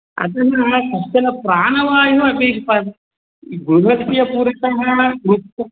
अधुना कश्चन प्राणवायुः अपेक्षिता गृहस्य पुरतः वृक्षः